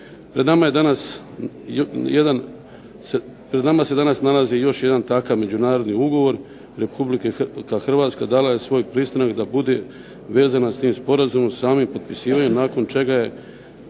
pred nama se danas nalazi još jedan takav međunarodni ugovor, Republika Hrvatska dala je svoj pristanak da bude vezana tim sporazumom samim potpisivanjem nakon čega